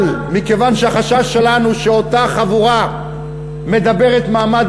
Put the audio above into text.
אבל מכיוון שהחשש שלנו הוא שאותה חבורה מדברת מעמד